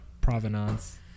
Provenance